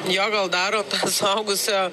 jo gal daro tą suaugusio